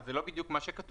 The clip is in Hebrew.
וזה לא בדיו קמה שכתוב,